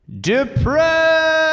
depressed